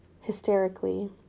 hysterically